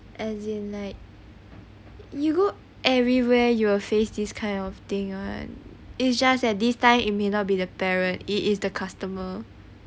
as in like you go everywhere you will face this kind of thing [one] it's just at this time it may not be the parents it is the customer